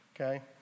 okay